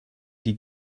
die